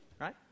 right